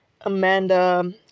Amanda